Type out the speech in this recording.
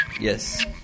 yes